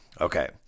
Okay